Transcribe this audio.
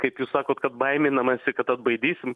kaip jūs sakot kad baiminamasi kad atbaidysim